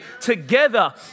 together